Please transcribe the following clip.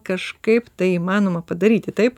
kažkaip tai įmanoma padaryti taip